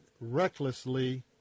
recklessly